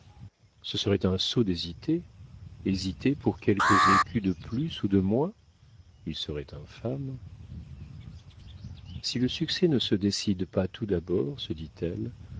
ce serait un sot d'hésiter hésiter pour quelques écus de plus ou de moins il serait infâme si le succès ne se décide pas tout d'abord se dit-elle